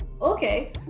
Okay